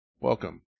Welcome